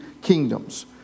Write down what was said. kingdoms